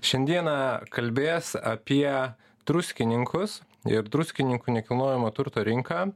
šiandieną kalbės apie druskininkus ir druskininkų nekilnojamo turto rinką